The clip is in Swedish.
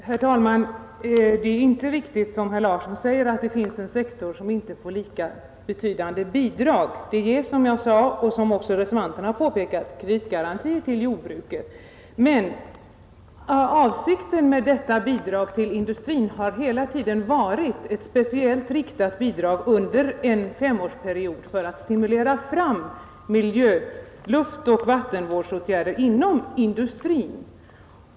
Herr talman! Det är inte riktigt som herr Larsson i Borrby säger, att jordbrukssektorn inte får bidrag. Som jag sade — och som också reservanterna har påpekat — ges det kreditgarantier till jordbruket. Men avsikten i detta fall har hela tiden varit att man under en femårsperiod skulle ha ett speciellt riktat bidrag för att stimulera fram luftoch vattenvårdsåtgärder inom industrin.